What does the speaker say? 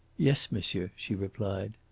yes, monsieur, she replied.